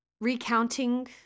recounting